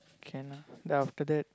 can ah then after that